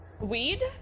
Weed